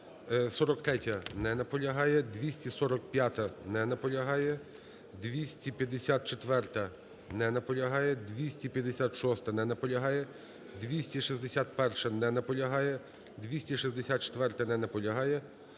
243-я. Не наполягає. 245-а. Не наполягає. 254-а. Не наполягає. 256-а. Не наполягає. 261-а. Не наполягає. 264-а. Не наполягає.